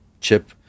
chip